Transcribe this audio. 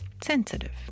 Sensitive